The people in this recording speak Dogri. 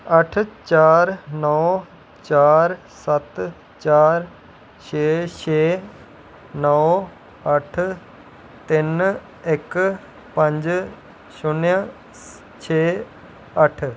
अट्ठ चार नौ चार सत्त चार छे छे नौ अट्ठ तिन इक पंज शून्य छे अट्ठ